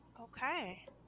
Okay